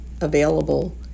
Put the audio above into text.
available